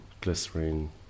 glycerin